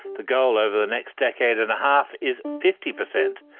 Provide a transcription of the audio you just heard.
the goal over the next decade and a half is fifty percent.